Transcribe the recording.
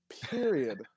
Period